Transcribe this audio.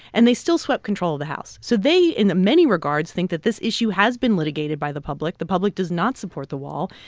and they still swept control the house. so they, in many regards, think that this issue has been litigated by the public. the public does not support the wall.